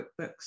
QuickBooks